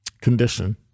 condition